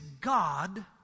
God